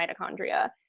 mitochondria